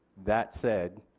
that said,